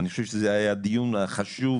אני חושב שזה היה הדיון החשוב,